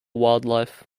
wildlife